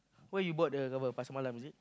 where you bought the cover Pasar Malam is it